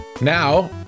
Now